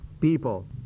people